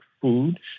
food